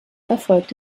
erfolgt